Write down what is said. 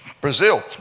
Brazil